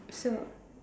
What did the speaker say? so